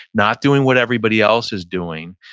not doing what everybody else is doing,